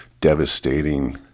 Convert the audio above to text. devastating